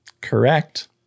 Correct